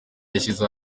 yashyize